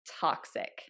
toxic